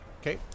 okay